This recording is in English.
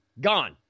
gone